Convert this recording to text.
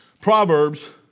Proverbs